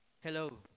hello